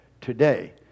today